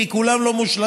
כי לא כולם מושלמים,